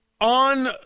on